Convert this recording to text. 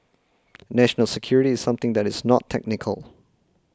national security is something that is not technical